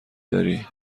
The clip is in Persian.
داری